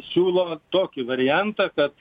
siūlo tokį variantą kad